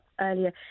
earlier